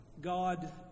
God